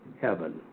heaven